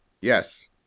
Yes